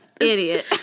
Idiot